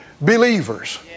Believers